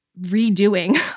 redoing